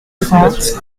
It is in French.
trente